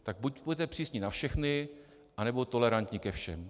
Tak buď budete přísní na všechny a nebo tolerantní ke všem.